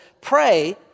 Pray